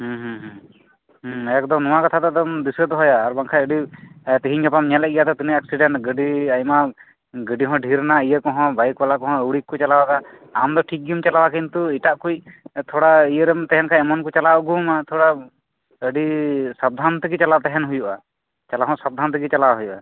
ᱦᱩᱸ ᱦᱩᱸ ᱦᱩᱸ ᱮᱠᱫᱚᱢ ᱱᱚᱣᱟ ᱠᱟᱛᱷᱟ ᱫᱚ ᱮᱠᱫᱚᱢ ᱫᱤᱥᱟᱹ ᱫᱚᱦᱚᱭᱟ ᱟᱨ ᱵᱟᱝᱠᱷᱟᱡ ᱟᱹᱰᱤ ᱛᱮᱦᱮᱧ ᱜᱟᱯᱟᱢ ᱧᱮᱞᱮᱫ ᱜᱮᱭᱟ ᱛᱚ ᱛᱤᱱᱟᱹᱜ ᱮᱠᱥᱤᱰᱮᱱᱴ ᱜᱟᱹᱰᱤ ᱦᱚᱸ ᱰᱷᱮᱨᱮᱱᱟ ᱵᱟᱭᱤᱠ ᱵᱟᱞᱟ ᱠᱚᱦᱚᱸ ᱟᱹᱣᱲᱤ ᱜᱮᱠᱚ ᱪᱟᱞᱟᱣᱮᱫᱟ ᱟᱢᱫᱚ ᱴᱷᱤᱠ ᱜᱮᱢ ᱪᱟᱞᱟᱣᱟ ᱠᱤᱱᱛᱩ ᱮᱴᱟᱜ ᱠᱩᱡ ᱛᱷᱚᱲᱟ ᱤᱭᱟᱹᱨᱮᱢ ᱛᱟᱦᱮᱱᱠᱷᱟᱱ ᱮᱢᱚᱱ ᱠᱚ ᱪᱟᱞᱟᱣ ᱟᱹᱜᱩᱣᱟᱢᱟ ᱛᱷᱚᱲᱟ ᱟᱹᱰᱤ ᱥᱟᱵᱫᱷᱟᱱ ᱛᱮᱜᱮ ᱛᱟᱦᱮᱱ ᱦᱩᱭᱩᱜᱼᱟ ᱟᱨ ᱪᱟᱞᱟᱣ ᱦᱚᱸ ᱥᱟᱵᱫᱷᱟᱱ ᱛᱮᱜᱮ ᱪᱟᱞᱟᱣ ᱦᱩᱭᱩᱜᱼᱟ